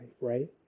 right